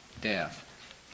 death